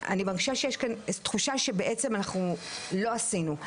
אני מרגישה שיש כאן תחושה שבעצם אנחנו לא עשינו,